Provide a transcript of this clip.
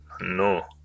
No